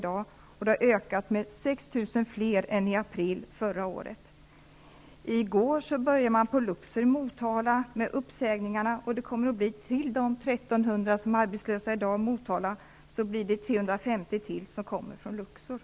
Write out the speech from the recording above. Det är 6 000 fler än vid motsvarande tid förra året. I går började man på Luxor i Motala med uppsägningar. Till de 1 300 arbetslösa i Motala blir det nu ytterligare 350 som kommer från Luxor.